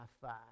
five